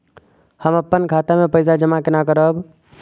हम अपन खाता मे पैसा जमा केना करब?